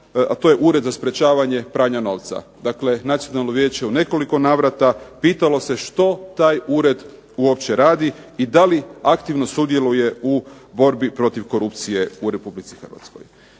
a to je Ured za sprečavanje pranja novca. Dakle, Nacionalno vijeće u nekoliko navrata pitalo se što taj ured uopće radi i da li aktivno sudjeluje u borbi protiv korupcije u RH.